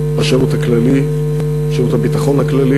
שירות בשירות הביטחון הכללי,